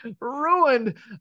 ruined